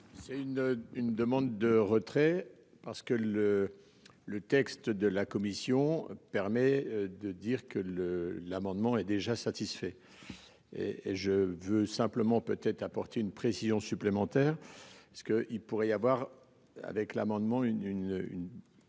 une, une demande de retrait parce que le. Le texte de la commission permet de dire que le, l'amendement est déjà satisfait. Et et je veux simplement peut-être apporter une précision supplémentaire parce qu'il pourrait y avoir avec l'amendement une une